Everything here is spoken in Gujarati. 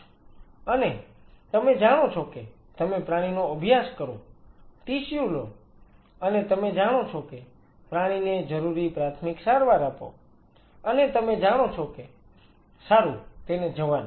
અને તમે જાણો છો કે તમે પ્રાણીનો અભ્યાસ કરો ટિશ્યુ લો અને તમે જાણો છો કે પ્રાણીને જરૂરી પ્રાથમિક સારવાર આપો અને તમે જાણો છો કે સારું તેને જવા દો